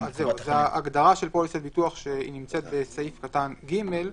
וההגדרה של זה, שנמצאת בסעיף קטן (ג),